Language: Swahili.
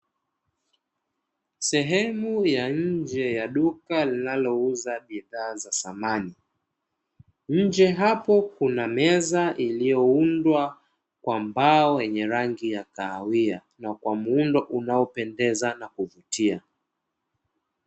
Sehemu ya nje ya duka linalouza bidhaa za samani nje hapo Kuna Meza iliyoundwa kwa mbao, yenye rangi ya kahawia na kwa muundo unaopendeza na kuvutia.